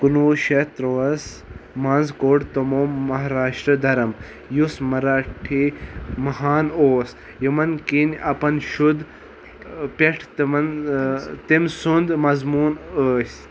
کُنہٕ وُہ شیٚتھ تُروُہَس منٛز کوٚڑ تِمو مہاراشٹر دھرم یُس مراٹھۍ ماہانہ اوس یمن کٮ۪ن اپن شُد پٮ۪ٹھ تِمن تٔمۍ سُنٛد مضموٗن ٲسۍ